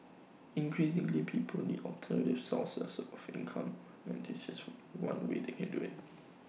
increasingly people need alternative sources of income and this is one way they can do IT